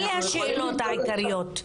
אלה השאלות העיקריות.